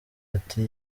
ati